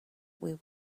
will